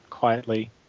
Quietly